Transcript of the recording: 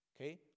okay